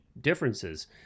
differences